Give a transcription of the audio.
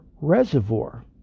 reservoir